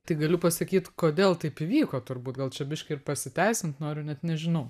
tai galiu pasakyt kodėl taip įvyko turbūt gal čia biškį ir pasiteisint noriu net nežinau